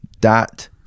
dot